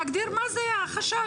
להגדיר מה זה החשש,